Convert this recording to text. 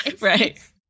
Right